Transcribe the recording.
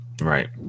Right